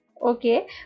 okay